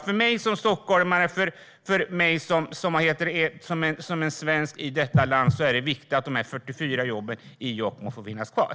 För mig som stockholmare och som svensk i detta land är det viktigt att de 40 jobben i Jokkmokk får finnas kvar.